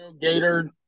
Gator